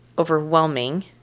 overwhelming